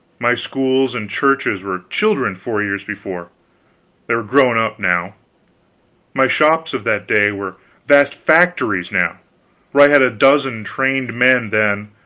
my schools and churches were children four years before they were grown-up now my shops of that day were vast factories now where i had a dozen trained men then,